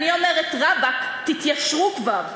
אני אומרת: רבאק, תתיישרו כבר.